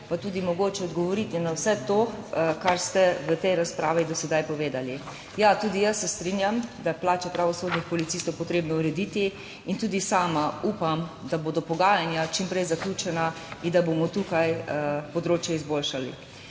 pa tudi mogoče odgovoriti na vse to, kar ste v tej razpravi do sedaj povedali. Ja, tudi jaz se strinjam, da je plača pravosodnih policistov potrebno urediti in tudi sama upam, da bodo pogajanja čim prej zaključena, in da bomo tukaj področje izboljšali.